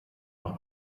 noch